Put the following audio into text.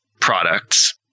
products